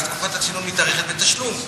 ואז תקופת הצינון מתארכת בתשלום.